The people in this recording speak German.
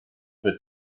für